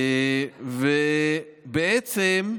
בעצם,